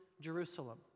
Jerusalem